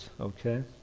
Okay